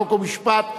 חוק ומשפט,